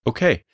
Okay